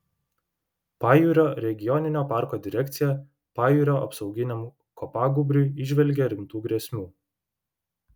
pajūrio regioninio parko direkcija pajūrio apsauginiam kopagūbriui įžvelgia rimtų grėsmių